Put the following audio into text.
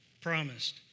Promised